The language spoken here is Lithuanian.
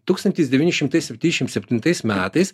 tūkstantis devyni šimtai septyniasdešimt septintais metais